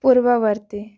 ପୂର୍ବବର୍ତ୍ତୀ